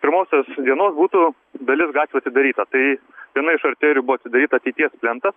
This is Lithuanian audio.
pirmosios dienos būtų dalis gatvių atidaryta tai viena iš arterijų buvo atidaryta ateities plentas